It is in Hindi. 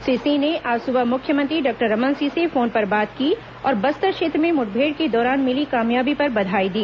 श्री सिंह ने आज सुबेह मुख्यमंत्री डॉक्टर रमन सिंह से फोन पर बात की और बस्तर क्षेत्र में मुठभेड़ के दौरान मिली कामयाबी पर बधाई दी